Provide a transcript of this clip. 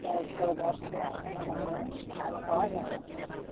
doctor দৰৱ খুৱাওঁ তেনেকৈ ভাল হয় বাৰু